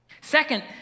Second